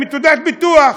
עם תעודת ביטוח.